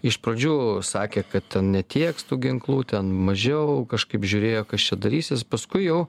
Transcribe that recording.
iš pradžių sakė kad ten netieks tų ginklų ten mažiau kažkaip žiūrėjo kas čia darysis paskui jau